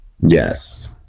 Yes